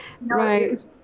Right